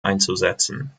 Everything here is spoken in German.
einzusetzen